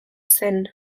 zen